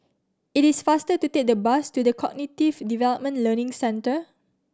it is faster to take the bus to The Cognitive Development Learning Centre